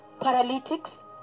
paralytics